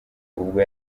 ubwo